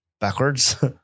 backwards